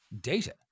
data